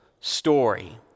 story